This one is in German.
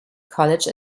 college